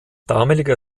damaliger